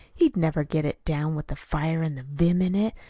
he'd never get it down, with the fire and the vim in it,